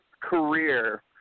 career